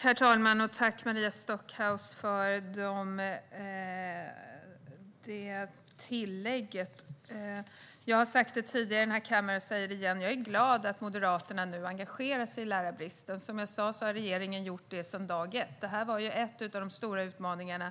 Herr talman! Tack för inlägget, Maria Stockhaus! Jag har sagt det tidigare i denna kammare, och jag säger det igen: Jag är glad att Moderaterna nu engagerar sig i lärarbristen. Som jag sa har regeringen gjort det sedan dag ett. Detta var en av de stora utmaningar